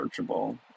searchable